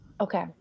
Okay